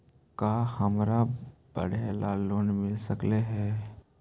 का हमरा पढ़े ल लोन मिल सकले हे?